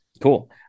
Cool